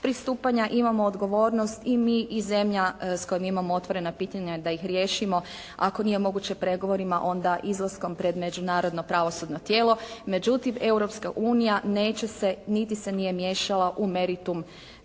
pristupanja. Imamo odgovornost i mi i zemlja s kojom imamo otvorena pitanja da ih riješimo ako nije moguće pregovorima onda izlaskom pred međunarodno pravosudno tijelo. Međutim Europska unija neće se niti se nije miješala u meritum